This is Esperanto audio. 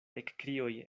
ekkrioj